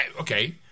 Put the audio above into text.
okay